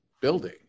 building